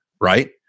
right